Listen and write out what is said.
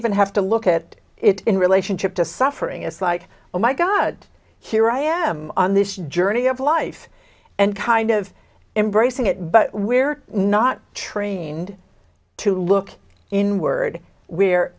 even have to look at it in relationship to suffering it's like oh my god here i am on this journey of life and kind of embracing it but we're not trained to look inward where